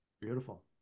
Beautiful